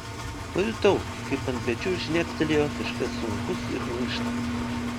pajutau kaip ant pečių žnektelėjo kažkas sunkus ir minkštas